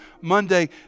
Monday